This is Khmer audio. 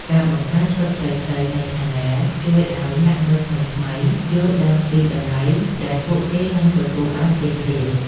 ការបង្កើត ឈុតខ្លីៗ នៃឆានែល ជួយឱ្យអ្នកមើលថ្មីៗយល់ដឹងពីតម្លៃដែលពួកគេនឹងទទួលបានភ្លាមៗ។